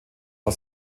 war